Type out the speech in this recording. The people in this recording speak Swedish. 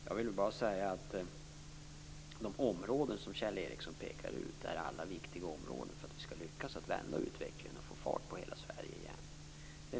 Jag vill bara säga att min bedömning är den att de områden som Kjell Ericsson pekar ut alla är viktiga för att vi skall lyckas vända utvecklingen och få fart på hela Sverige igen.